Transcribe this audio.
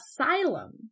asylum